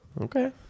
Okay